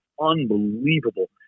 Unbelievable